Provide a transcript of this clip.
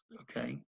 okay